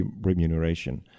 remuneration